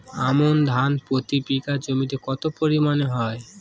আমন ধান প্রতি বিঘা জমিতে কতো পরিমাণ হয়?